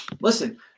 Listen